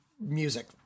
music